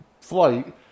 flight